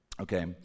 Okay